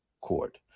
court